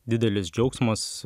didelis džiaugsmas